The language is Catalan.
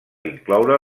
incloure